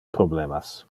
problemas